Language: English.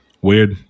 Weird